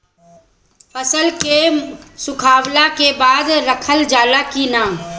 फसल के सुखावला के बाद रखल जाला कि न?